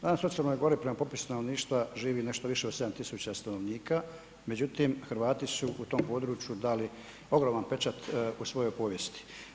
Danas u Crnoj Gori prema popisu stanovništva živi nešto više od 7.000 stanovnika, međutim Hrvati su u tom području dali ogroman pečat u svojoj povijesti.